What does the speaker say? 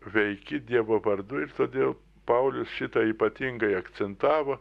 veiki dievo vardu ir todėl paulius šitą ypatingai akcentavo